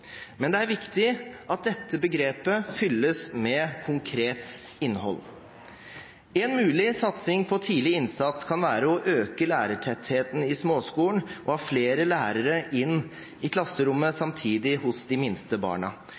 Men det er viktig at dette begrepet fylles med konkret innhold. En mulig satsing på tidlig innsats kan være å øke lærertettheten i småskolen og ha flere lærere inne i klasserommet samtidig hos de minste barna.